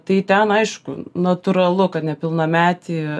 tai ten aišku natūralu kad nepilnametį